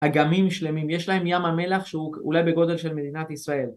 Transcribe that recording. אגמים שלמים יש להם ים המלח שהוא אולי בגודל של מדינת ישראל